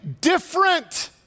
different